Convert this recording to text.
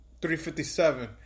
357